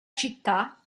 città